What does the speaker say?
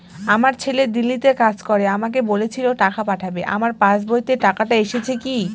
আমার ছেলে দিল্লীতে কাজ করে আমাকে বলেছিল টাকা পাঠাবে আমার পাসবইতে টাকাটা এসেছে কি?